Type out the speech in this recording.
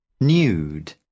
nude